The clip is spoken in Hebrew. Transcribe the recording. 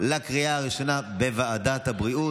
לקריאה הראשונה בוועדת הבריאות.